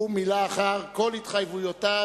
הוא מילא אחר כל התחייבויותיו,